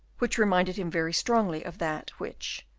which reminded him very strongly of that which,